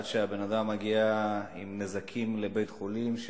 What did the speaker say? שהבן-אדם מגיע לבית-חולים עם נזקים,